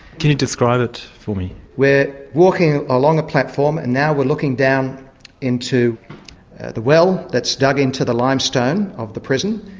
can you describe it for me? we're walking along a platform and now we're looking down into the well that's dug into the limestone of the prison,